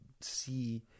see